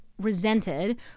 resented